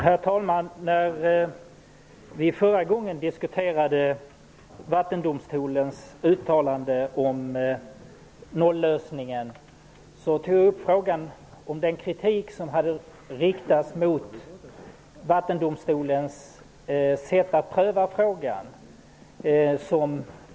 Herr talman! När vi förra gången diskuterade Vattendomstolens uttalande om nollösningen, togs frågan upp om den kritik som hade riktats mot Vattendomstolens sätt att pröva frågan.